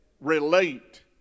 relate